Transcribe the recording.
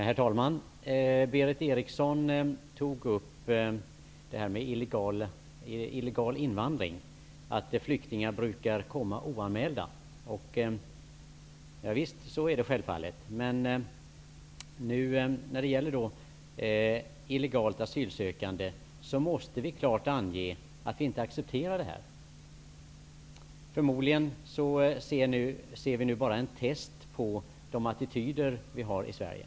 Herr talman! Berith Eriksson tog upp frågan om illegal invandring, att flyktingar brukar komma oanmälda. Javisst, så är det självfallet. När det gäller illegalt asylsökande måste vi klart ange att vi inte accepterar det här. Förmodligen ser vi nu bara en test av de attityder vi har i Sverige.